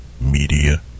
Media